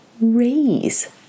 raise